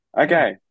Okay